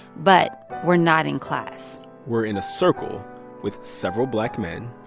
but we're not in class we're in a circle with several black men,